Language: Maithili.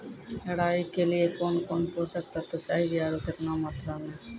राई के लिए कौन कौन पोसक तत्व चाहिए आरु केतना मात्रा मे?